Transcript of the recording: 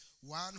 one